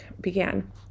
began